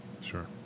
Sure